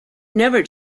never